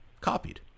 copied